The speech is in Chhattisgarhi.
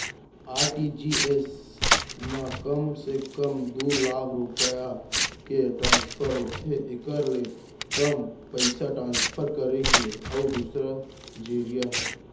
आर.टी.जी.एस म कम से कम दू लाख रूपिया के ट्रांसफर होथे एकर ले कम पइसा ट्रांसफर करे के अउ दूसर जरिया हे